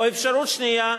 או אפשרות שנייה,